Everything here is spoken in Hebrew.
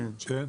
כן.